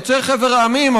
יוצאי חבר המדינות,